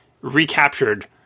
recaptured